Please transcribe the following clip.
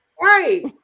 Right